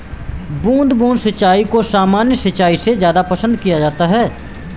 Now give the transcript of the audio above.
बूंद बूंद सिंचाई को सामान्य सिंचाई से ज़्यादा पसंद किया जाता है